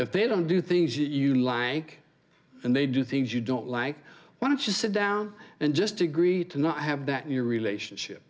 if they don't do things you like and they do things you don't like why don't you sit down and just agree to not have that your relationship